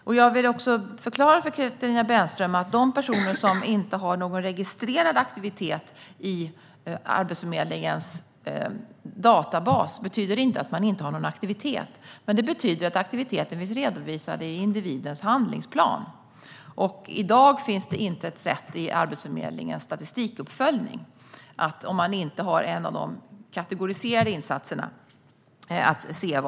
Låt mig förklara för Katarina Brännström att bara för att man inte har någon registrerad aktivitet i Arbetsförmedlingens databas betyder det inte att man inte har någon aktivitet. Det betyder att aktiviteten i stället finns redovisad i individens handlingsplan. I dag finns det inget sätt i Arbetsförmedlingens statistikuppföljning att se vad någon gör som inte har en av de kategoriserade insatserna.